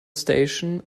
station